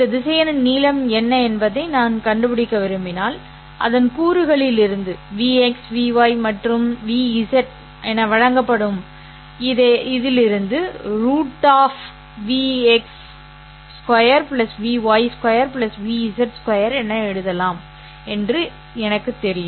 இந்த திசையனின் நீளம் என்ன என்பதை நான் கண்டுபிடிக்க விரும்பினால் அதன் கூறுகளிலிருந்து Vx Vy மற்றும் Vz என வழங்கப்படுவதால் இதை √V x2 V y2 V z2 என எழுதலாம் என்று எனக்குத் தெரியும்